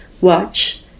watch